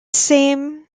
same